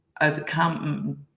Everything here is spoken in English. overcome